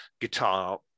guitar